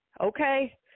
Okay